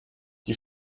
die